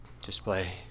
display